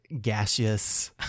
gaseous